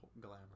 glamour